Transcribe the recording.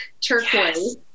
turquoise